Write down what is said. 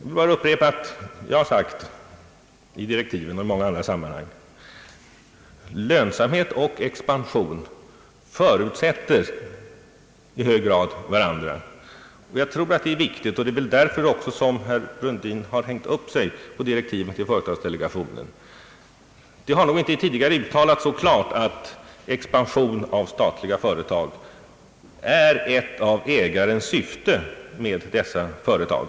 Jag vill upprepa vad jag har sagt i direktiven och i många sammanhang: lönsamhet och expansion förutsätter i hög grad varandra. Jag tror att detta är viktigt, och det är väl också därför som herr Brundin inte är nöjd med direktiven till företagsdelegationen. Det har nog inte tidigare uttalats så klart att expansion av statliga företag är ett av ägarens syften med dessa företag.